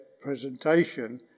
presentation